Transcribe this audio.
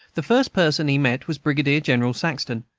the first person he met was brigadier-general saxton,